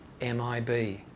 MIB